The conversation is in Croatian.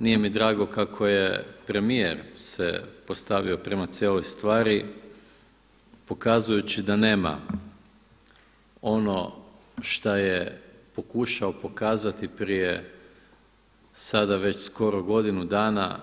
Nije mi drago kako je premijer se postavio prema cijeloj stvari, pokazujući da nema ono šta je pokušao pokazati prije sada već skoro godinu dana